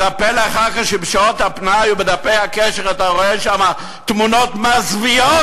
אז פלא אחר כך שבשעות הפנאי ובדפי הקשר אתה רואה שם תמונות מזוויעות?